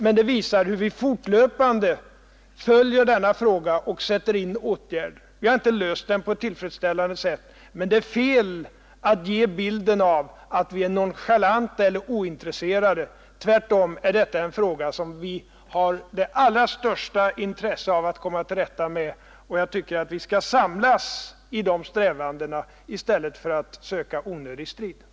Men det visar hur vi fortlöpande följer denna fråga och vidtar åtgärder. Vi har inte löst den på ett tillfredsställande sätt, men det är fel att ge en bild av att vi är nonchalanta eller ointresserade; tvärtom är detta en fråga som vi har det allra största intresse av att komma till rätta med. Jag tycker att vi skall samlas i dessa strävanden i stället för att söka onödig strid.